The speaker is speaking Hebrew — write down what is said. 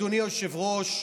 אדוני היושב-ראש,